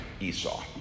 Esau